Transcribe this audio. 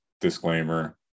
disclaimer